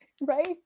right